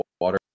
water